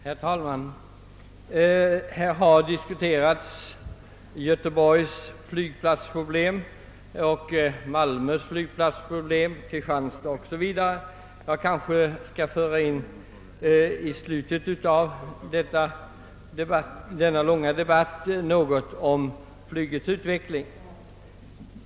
Herr talman! Här har diskuterats Göteborgs flygplatsproblem, Malmös flygplatsproblem, Kristianstads flygplatsproblem 0. s. v. Jag skall i slutet av denna långa debatt bidra med något om flygets utveckling.